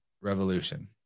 revolution